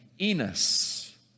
Enos